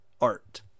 art